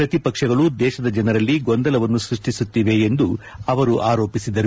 ಪ್ರತಿಪಕ್ಷಗಳು ದೇಶದ ಜನರಲ್ಲಿ ಗೊಂದಲವನ್ನು ಸೃಷ್ಠಿಸುತ್ತಿವೆ ಎಂದು ಅವರು ಆರೋಪಿಸಿದರು